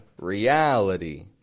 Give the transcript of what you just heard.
Reality